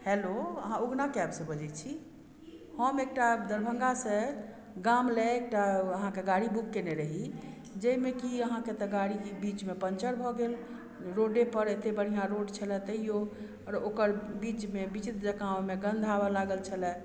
hello अहाँ Ugna cab सँ बजै छी हम एकटा दरभङ्गासँ गाम लय एकटा अहाँके गाड़ी बुक कयने रहि जाहिमे की अहाँके तऽ गाड़ी बीचमे पञ्चर भऽ गेल रोडे पर एते बढ़िऑं रोड छलै तयिओ आ ओकर बीचमे विचित्र जेकाॅं ओहिमे गन्ध आबऽ लागल छलय